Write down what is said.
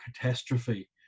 catastrophe